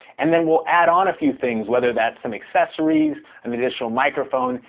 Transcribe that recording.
and then we'll add on a few things, whether that's some accessories, an additional microphone,